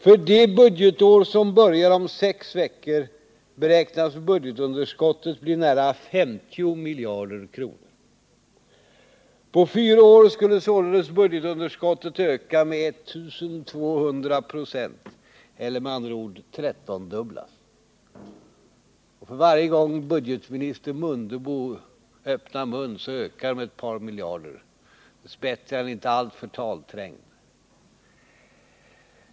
För det budgetår som börjar om sex veckor beräknas budgetunderskottet nu bli nära 50 miljarder kronor. På fyra år skulle således budgetunderskottet öka med 1200 96 eller med andra ord 13-dubblas. Varje gång budgetoch ekonomiminister Mundebo öppnar munnen ökar underskottet med ett par miljarder. Dess bättre är han inte alltför talträngd.